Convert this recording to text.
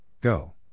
Go